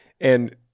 And-